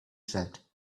said